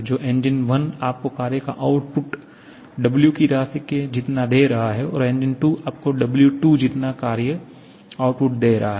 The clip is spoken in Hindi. तो इंजन 1 आपको कार्य का आउटपुट W की राशि के जितना दे रहा है और इंजन 2 आपको W2 जितना कार्य का आउटपुट दे रहा है